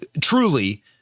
truly